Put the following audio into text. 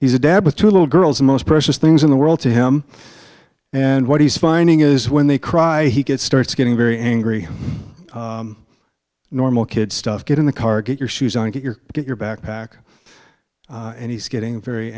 he's a dad with two little girls the most precious things in the world to him and what he's finding is when they cry he gets starts getting very angry normal kid stuff get in the car get your shoes on get your get your backpack and he's getting very